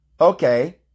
Okay